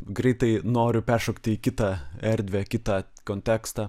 greitai noriu peršokti į kitą erdvę kitą kontekstą